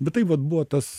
bet tai vat buvo tas